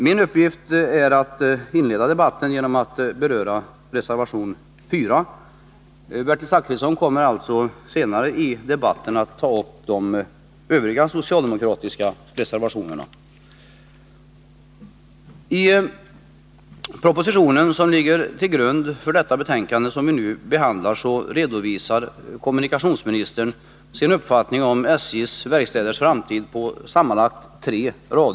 Min uppgift är att inleda debatten genom att beröra reservation 4. Bertil Zachrisson kommer senare i debatten att ta upp de övriga socialdemokratiska reservationerna. I propositionen, som ligger till grund för det utskottsbetänkande som vi nu behandlar, redovisar kommunikationsministern sin uppfattning om SJ:s verkstäders framtid på sammanlagt tre rader.